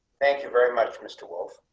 thank you very much, mr wolf.